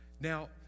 Now